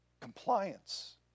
compliance